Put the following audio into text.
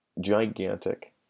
Gigantic